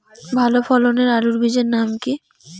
ভালো ফলনের আলুর বীজের নাম কি?